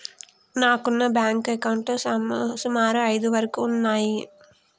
నాకున్న బ్యేంకు అకౌంట్లు సుమారు ఐదు వరకు ఉన్నయ్యి